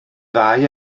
ddau